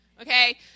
okay